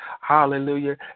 Hallelujah